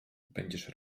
będziesz